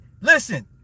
Listen